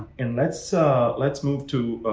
and let's so let's move to,